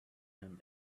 him